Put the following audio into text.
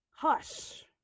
hush